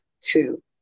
two